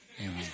Amen